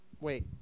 wait